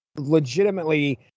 legitimately